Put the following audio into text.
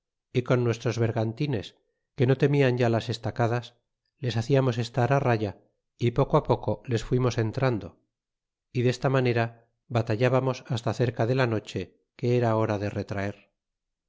y con nuestros bergantines que no temian ya las estacadas les haciamos estar á raya y poco peco les fuimos entrando y desta manera batallábamos basta cerca de la noche que era hora de retraer